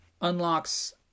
unlocks